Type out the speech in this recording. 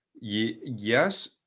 yes